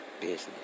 business